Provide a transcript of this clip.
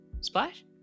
splash